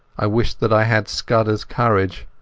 i wished that i had scudderas courage,